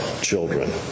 children